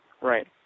right